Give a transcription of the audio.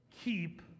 keep